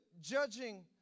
judging